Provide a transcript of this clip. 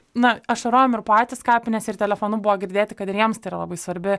na ašarojom ir patys kapinėse ir telefonu buvo girdėti kad ir jiems tai yra labai svarbi